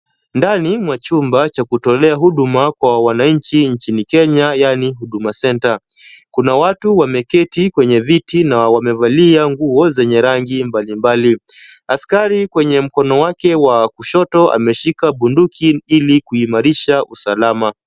Ndani mwa chumba cha kutolea huduma kwa wananchi nchini Kenya yaani Huduma Centre. Kuna watu wameketi kwenye viti na wamevalia nguo zenye rangi mbalimbali. Askari kwenye mkono wake wa kushoto ameshika bunduki ili kuimarisha usalama.